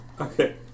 Okay